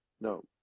No